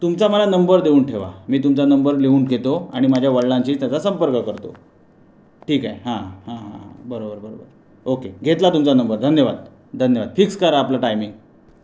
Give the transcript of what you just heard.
तुमचा मला नंबर देऊन ठेवा मी तुमचा नंबर लिहून घेतो आणि माझ्या वडलांशी तसा संपर्क करतो ठीक आहे हा हा हा बरोबर बरोबर ओके घेतला तुमचा नंबर धन्यवाद धन्यवाद फिक्स करा आपलं टाईमिंग